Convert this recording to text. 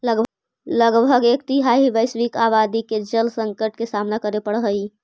लगभग एक तिहाई वैश्विक आबादी के जल संकट के सामना करे पड़ऽ हई